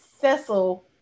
Cecil